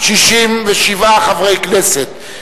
67 חברי כנסת,